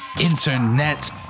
internet